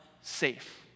safe